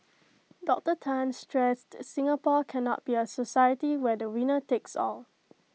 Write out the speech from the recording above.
Doctor Tan stressed Singapore cannot be A society where the winner takes all